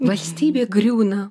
valstybė griūna